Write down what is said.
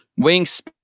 Wingspan